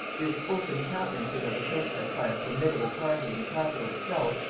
this open countenancing of the princess by a formidable party in the capital itself,